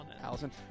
Allison